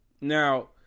Now